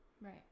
right